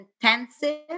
intensive